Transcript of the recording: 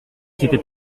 c’était